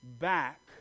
back